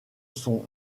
son